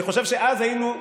ולכן אני מודה מאוד,